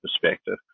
perspective